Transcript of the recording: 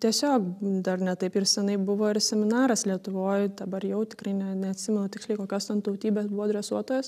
tiesiog dar ne taip ir senai buvo ir seminaras lietuvoj dabar jau tikrai ne neatsimenu tiksliai kokios ten tautybės buvo dresuotojas